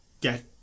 Get